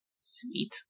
Sweet